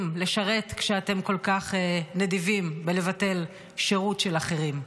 לשרת כשאתם כל כך נדיבים לבטל שירות של אחרים.